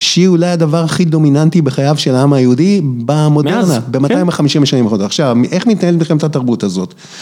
שהיא אולי הדבר הכי דומיננטי בחייו של העם היהודי במודרנה ב-250 השנים החודש. עכשיו, איך מתנהלת מלחמת התרבות הזאת?